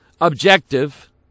objective